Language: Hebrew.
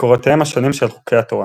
מקורותיהם השונים של חוקי התורה